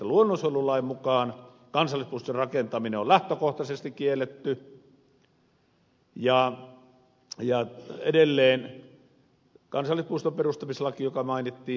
luonnonsuojelulain mukaan kansallispuiston rakentaminen on lähtökohtaisesti kielletty ja edelleen kansallispuiston perustamislain mukaan joka mainittiin